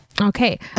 Okay